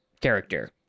character